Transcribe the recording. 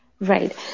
Right